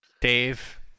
dave